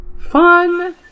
fun